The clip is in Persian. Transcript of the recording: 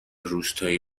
روستایی